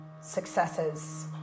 successes